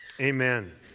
Amen